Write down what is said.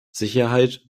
sicherheit